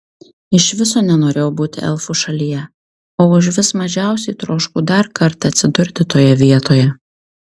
iš viso nenorėjau būti elfų šalyje o užvis mažiausiai troškau dar kartą atsidurti toje vietoje